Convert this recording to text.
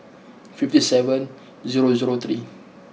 fifty seven zero zero three